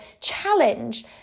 challenge